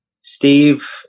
Steve